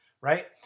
Right